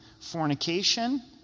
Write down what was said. fornication